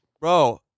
bro